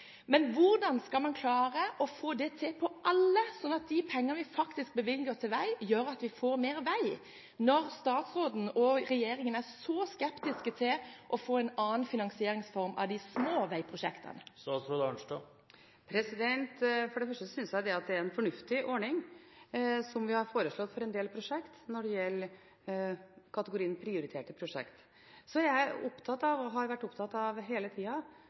Men Kristelig Folkepartis store bekymring er: Hvordan skal man klare å få det til på alle prosjekter – sånn at de pengene vi faktisk bevilger til vei, gjør at vi får mer vei – når statsråden og regjeringen er så skeptiske til å få en annen finansieringsform på de små veiprosjektene? For det første synes jeg vi har foreslått en fornuftig ordning for en del prosjekter i kategorien prioriterte prosjekter. Så er jeg, og har hele tiden vært, opptatt av